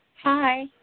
Hi